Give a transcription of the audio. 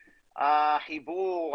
החיבור,